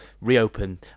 reopen